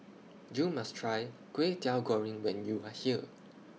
YOU must Try Kway Teow Goreng when YOU Are here